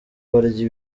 barya